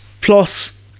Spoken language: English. plus